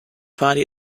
party